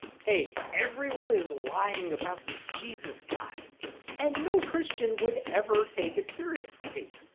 hey, everyone is lying about this jesus guy and no christian would ever take it seriously.